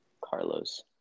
Carlos